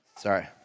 Sorry